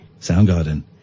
Soundgarden